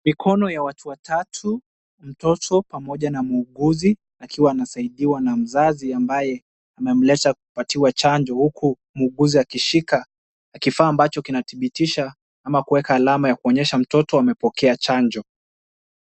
Mikono ya watu watatu , mtoto pamoja na muuguzi akiwa anasaidiwa na mzazi ambaye amemleta kupatiwa chanjo huku muuguzu akishika na kifaa amabacho kinathibitisha ama kuweka alama wakuonyesha mtoto amepokea chanjo.